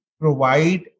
provide